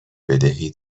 بدهی